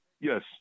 Yes